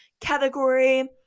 category